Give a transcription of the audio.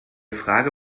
frage